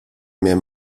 mehr